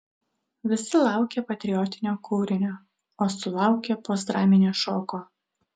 visi laukė patriotinio kūrinio o sulaukė postdraminio šoko